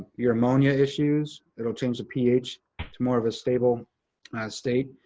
your ammonia issues. it'll change the ph to more of a stable state.